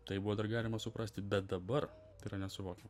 tai buvo dar galima suprasti bet dabar tai yra nesuvokiama